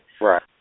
Right